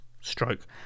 stroke